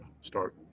start